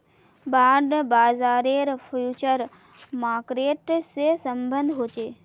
bond बाजारेर future market से सम्बन्ध ह छे